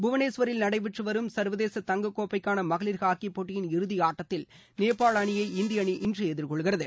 புவனேஸ்வரில் நடைபெற்ற வரும் சர்வதேச தங்க கோப்பைக்கான மகளிர் ஹாக்கிப் போட்டியின் இறுதி ஆட்டத்தில் நேபாள அணியை இந்திய அணி இன்று எதிர்கொள்கிறது